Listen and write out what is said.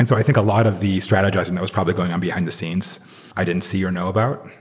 so i think a lot of the strategizing that was probably going on behind the scenes i didn't see or know about,